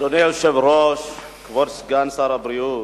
אדוני היושב-ראש, כבוד סגן שר הבריאות,